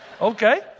Okay